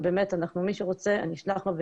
מי שרוצה, אני אשלח לו.